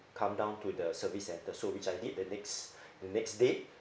come down to the service centre so which I need the things the next next day